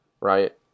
right